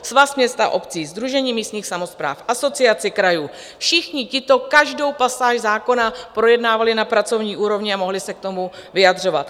Svaz měst a obcí, Sdružení místních samospráv, Asociace krajů, všichni tito každou pasáž zákona projednávali na pracovní úrovni a mohli se k tomu vyjadřovat.